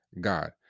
God